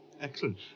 Excellent